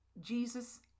Jesus